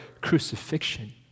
crucifixion